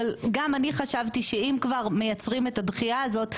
אבל גם אני חשבתי שאם כבר מייצרים את הדחייה הזאת,